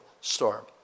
storm